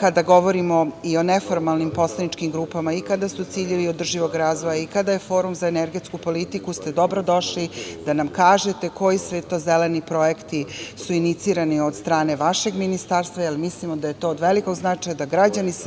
kada govorimo i o neformalnim poslaničkim grupama i kada su ciljevi održivog razvoja i kada je Forum za energetsku politiku ste dobrodošli da nam kažete koji sve to zeleni projekti su inicirani od strane vašeg Ministarstva, jer mislimo da je to od velikog značaja da građani Srbije